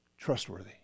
Trustworthy